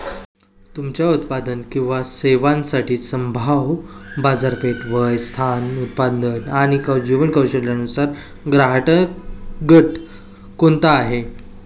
तुमच्या उत्पादन किंवा सेवांसाठी संभाव्य बाजारपेठ, वय, स्थान, उत्पन्न आणि जीवनशैलीनुसार ग्राहकगट कोणता आहे?